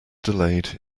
delayed